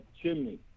chimney